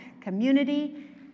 community